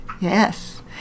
yes